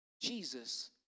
Jesus